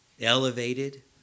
elevated